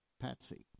Patsy